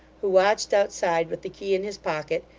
who watched outside with the key in his pocket,